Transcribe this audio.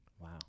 Wow